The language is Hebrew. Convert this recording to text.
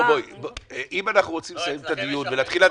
חברת הכנסת שטרית, בואי, תני לכל אחד.